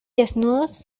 desnudos